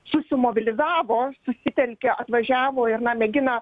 susimobilizavo susitelkė atvažiavo ir na mėgina